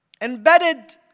embedded